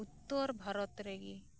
ᱩᱛᱛᱚᱨ ᱵᱷᱟᱨᱚᱛ ᱨᱮᱜᱤ